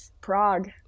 prague